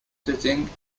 sitting